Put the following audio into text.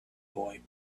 boy